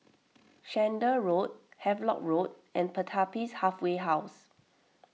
Chander Road Havelock Road and Pertapis Halfway House